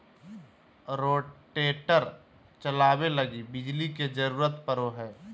rotator चलावे लगी बिजली के जरूरत पड़ो हय